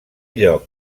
lloc